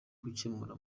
kugikemura